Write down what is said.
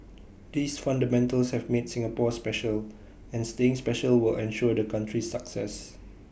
these fundamentals have made Singapore special and staying special will ensure the country's success